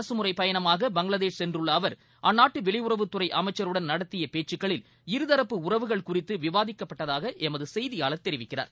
அரசுமுறைப் பயணமா பங்ளாதேஷ் சென்றுள்ளஅவர் அந்நாட்டுவெளியுறவுத்துறைஅமைச்சருடன் நடத்தியபேச்சுக்களில் இருதரப்பு உறவுகள் குறித்துவிவாதிக்கப்பட்டதாகஎமதுசெய்தியாளர் தெரிவிக்கிறார்